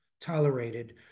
tolerated